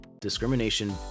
Discrimination